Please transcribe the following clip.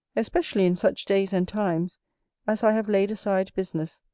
especially in such days and times as i have laid aside business,